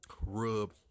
rub